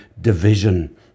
division